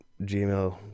gmail